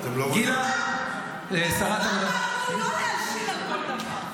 --- לא להלשין על כל דבר.